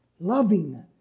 loving